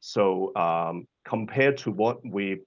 so compared to what we